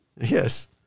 yes